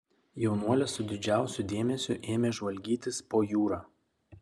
jaunuolis su didžiausiu dėmesiu ėmė žvalgytis po jūrą